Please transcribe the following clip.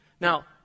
now